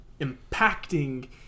impacting